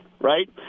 right